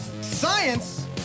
Science